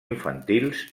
infantils